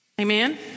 Amen